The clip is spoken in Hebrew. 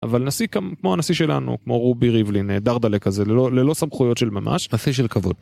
אבל נשיא כמו הנשיא שלנו, כמו רובי ריבלין, דרדלה כזה, ללא סמכויות של ממש, נשיא של כבוד.